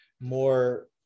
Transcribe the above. more